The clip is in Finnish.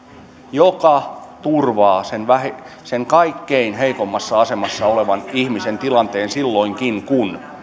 joka turvaa sen kaikkein heikoimmassa asemassa olevan ihmisen tilanteen silloinkin kun